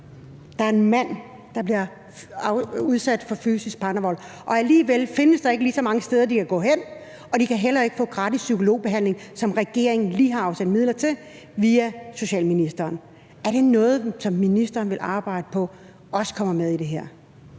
partnervold, der er en mand, og alligevel findes der ikke lige så mange steder, de kan gå hen, og de kan heller ikke få gratis psykologbehandling, som regeringen lige har afsat midler til via socialministeren. Er det noget, som ministeren vil arbejde på også kommer med i det her?